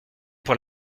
pour